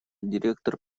директор